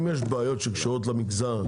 אם יש בעיות שקשורות למגזר,